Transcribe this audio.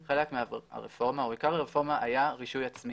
או עיקר הרפורמה היה רישוי עצמי